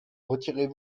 retirez